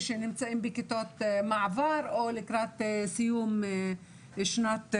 שנמצאים בכיתות מענבר או לקראת סיום תיכון.